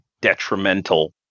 detrimental